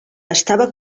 estava